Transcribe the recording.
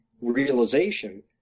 realization